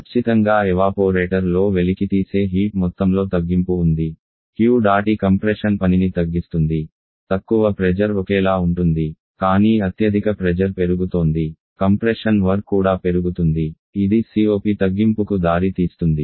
ఖచ్చితంగా ఎవాపోరేటర్ లో వెలికితీసే హీట్ మొత్తంలో తగ్గింపు ఉంది Q డాట్ E కంప్రెషన్ పనిని తగ్గిస్తుంది తక్కువ ప్రెజర్ ఒకేలా ఉంటుంది కానీ అత్యధిక ప్రెజర్ పెరుగుతోంది కంప్రెషన్ వర్క్ కూడా పెరుగుతుంది ఇది COP తగ్గింపుకు దారి తీస్తుంది